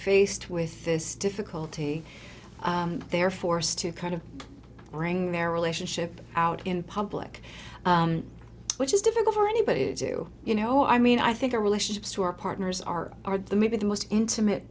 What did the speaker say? faced with this difficulty they're forced to kind of bring their relationship out in public which is difficult for anybody to do you know i mean i think our relationships to our partners are maybe the most intimate